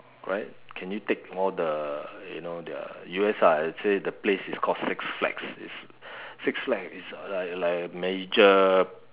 right can you take all the you know the U_S ah let's say the place is called six flags is six flags is like a like a major